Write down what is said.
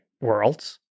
worlds